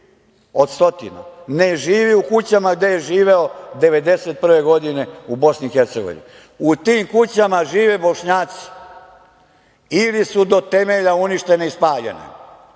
od stotinu, ne živi u kućama gde je živeo 1991. godine u Bosni i Hercegovini. U tim kućama žive Bošnjaci ili su do temelja uništene i spaljene.